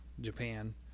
Japan